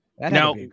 now